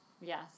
Yes